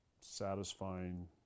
satisfying